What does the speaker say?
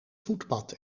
voetpad